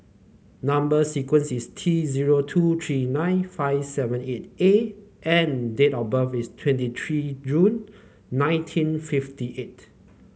number sequence is T zero two three nine five seven eight A and date of birth is twenty three June nineteen fifty eight